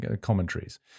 commentaries